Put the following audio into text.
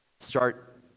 Start